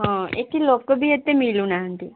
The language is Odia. ହଁ ଏଠି ଲୋକ ବି ଏତେ ମିଳୁନାହାନ୍ତି